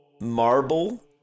marble